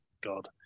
god